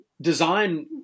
design